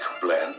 blend